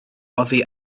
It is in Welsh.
oddi